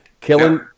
Killing